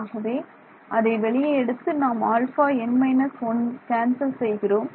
ஆகவே அதை வெளியே எடுத்து நாம் αn−1 கேன்சல் செய்கிறோம்